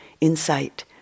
insight